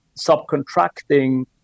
subcontracting